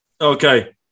Okay